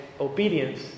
obedience